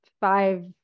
five